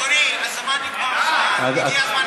אדוני, הזמן נגמר מזמן, הגיע הזמן לסיים.